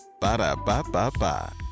Ba-da-ba-ba-ba